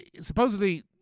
supposedly